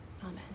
Amen